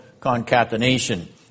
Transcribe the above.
concatenation